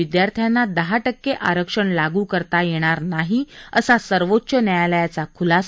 विदयार्थ्यांना दहा टक्के आरक्षण लागू करता येणार नाही असं सर्वोच्च न्यायालयाचा खुलासा